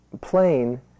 plane